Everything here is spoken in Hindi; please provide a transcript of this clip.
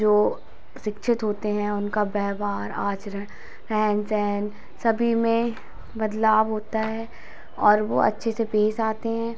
जो सिक्षित होते हैं उनका व्यवहार आचरण रहन सहन सभी में बदलाव होता है और वह अच्छे से पेश आते हैं